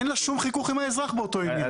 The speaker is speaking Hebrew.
אין לה שום חיכוך עם האזרח באותו עניין.